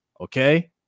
okay